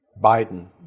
Biden